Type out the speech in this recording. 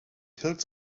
hills